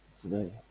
today